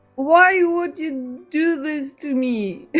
why would you do this to me?